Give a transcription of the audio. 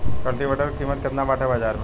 कल्टी वेटर क कीमत केतना बाटे बाजार में?